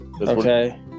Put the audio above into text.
Okay